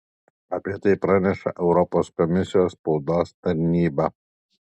apie tai praneša europos komisijos spaudos tarnyba